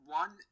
one